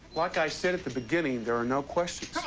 like i said at the beginning, there are no questions.